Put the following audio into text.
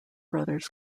brothers